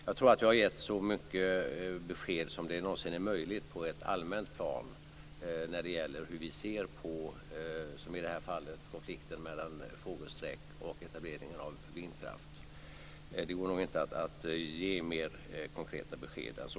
Jag tror att jag har gett så många besked som det någonsin är möjligt på ett allmänt plan när det gäller hur vi ser på, som i detta fall, konflikten mellan fågelsträck och etableringen av vindkraft. Det går nog inte att ge mer konkreta besked än så.